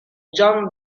john